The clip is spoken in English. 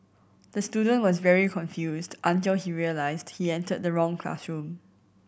the student was very confused until he realised he entered the wrong classroom